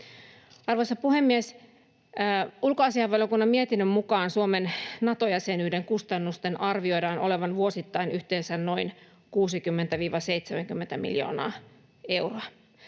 Arvoisa puhemies! Ulkoasiainvaliokunnan mietinnön mukaan Suomen Nato-jäsenyyden kustannusten arvioidaan olevan vuosittain yhteensä noin 60—70 miljoonaa euroa.